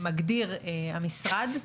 שמגדיר המשרד.